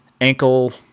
ankle